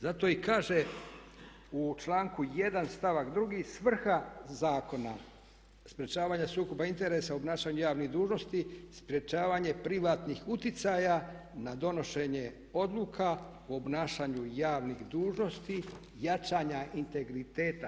Zato i kaže u članku 1. stavak 2. svrha Zakona o sprječavanju sukoba interesa, obnašanju javnih dužnosti, sprječavanje privatnih utjecaja na donošenje odluka u obnašanju javnih dužnosti, jačanja integriteta.